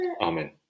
Amen